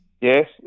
Yes